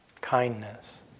kindness